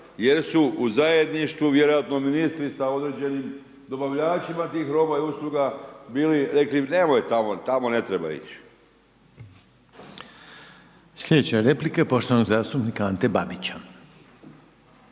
jer su u zajedništvu vjerojatno ministri sa određenim dobavljačima tih roba i usluga bili, rekli nemoj tamo, tamo ne treba ići.